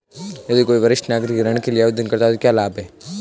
यदि कोई वरिष्ठ नागरिक ऋण के लिए आवेदन करता है तो क्या लाभ हैं?